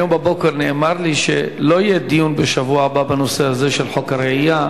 היום בבוקר נאמר לי שלא יהיה דיון בשבוע הבא בנושא הזה של חוק הרעייה,